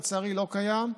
ולצערי לא קיים,